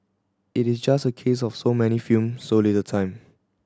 it is just a case of so many film so little time